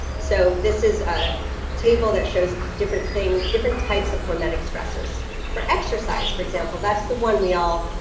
so this is a table that shows different things different types of hormetic stressors for exercise. for example, that's the one we all